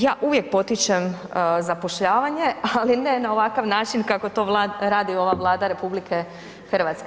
Ja uvijek potičem zapošljavanje, ali ne na ovakav način kako to radi ova Vlada RH.